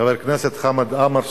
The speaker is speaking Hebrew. חבר הכנסת חמד עמאר,